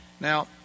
Now